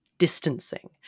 distancing